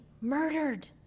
murdered